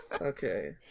okay